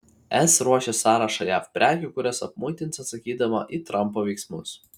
es ruošia sąrašą jav prekių kurias apmuitins atsakydama į trampo veiksmus